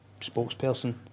spokesperson